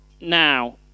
Now